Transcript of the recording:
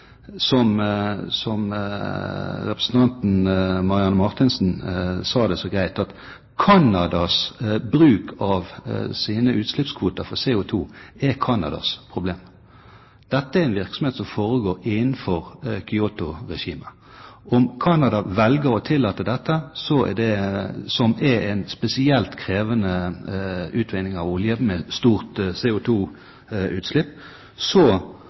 Canadas bruk av sine utslippskvoter for CO2 er Canadas problem. Dette er en virksomhet som foregår innenfor Kyoto-regimet. Om Canada velger å tillate dette, som er en spesielt krevende utvinning av olje med stort CO2-utslipp, så